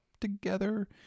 together